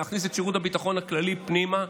להכניס את שירות הביטחון הכללי פנימה,